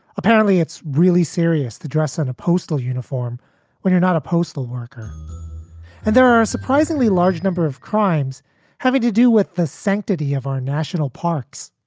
apparently, it's really serious. the dress and a postal uniform when you're not a postal worker and there are a surprisingly large number of crimes having to do with the sanctity of our national parks,